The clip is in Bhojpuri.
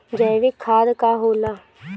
जैवीक खाद का होला?